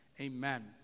amen